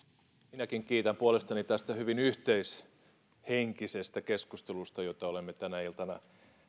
minäkin kiitän puolestani tästä hyvin yhteishenkisestä keskustelusta jota olemme tänä iltana